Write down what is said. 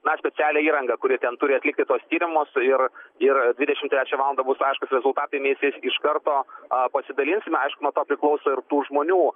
na specialią įrangą kuri ten turi atlikti tuos tyrimus ir ir dvidešimt trečią valandą bus aiškūs rezultatai mes jais iš karto pasidalinsime aišku nuo to priklauso ir tų žmonių